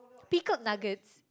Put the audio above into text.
pickled nuggets